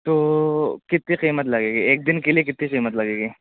تو کتنی قیمت لگے گی ایک دن کے لیے کتنی قیمت لگے گی